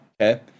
okay